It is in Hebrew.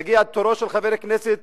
יגיע תורו של חבר הכנסת